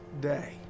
day